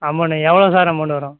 amount எவ்வளோ sir amount வரும்